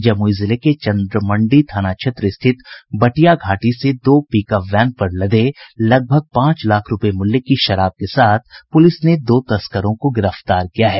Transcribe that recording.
जमुई जिले के चंद्रमंडी थाना क्षेत्र स्थित बटिया घाटी से दो पिकअप वैन पर लदे लगभग पांच लाख रूपये मूल्य की शराब के साथ पुलिस ने दो तस्करों को गिरफ्तार किया है